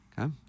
Okay